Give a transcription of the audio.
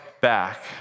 back